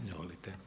Izvolite.